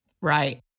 Right